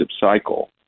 cycle